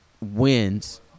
wins